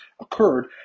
occurred